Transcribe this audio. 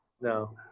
No